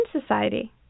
Society